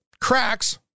cracks